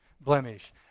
blemish